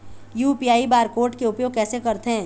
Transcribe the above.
UPI bar code के उपयोग कैसे करथें?